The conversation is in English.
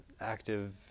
active